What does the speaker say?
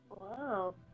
Wow